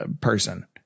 person